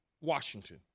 Washington